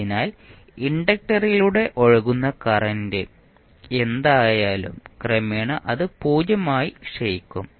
അതിനാൽ ഇൻഡക്റ്ററിലൂടെ ഒഴുകുന്ന കറന്റ് എന്തായാലും ക്രമേണ അത് 0 ആയി ക്ഷയിക്കും